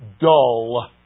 dull